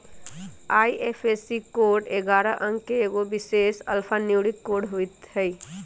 IFSC code ऐगारह अंक के एगो विशेष अल्फान्यूमैरिक कोड होइत हइ